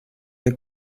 der